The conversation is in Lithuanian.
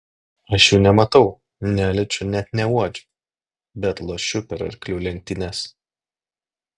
aš jų nematau neliečiu net neuodžiu bet lošiu per arklių lenktynes